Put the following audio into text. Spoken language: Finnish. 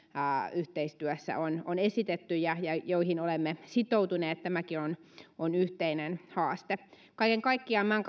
yhteistyössä on on esitetty ja joihin olemme sitoutuneet tämäkin on on yhteinen haaste kaiken kaikkiaan